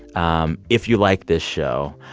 um if you like this show,